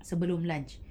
sebelum lunch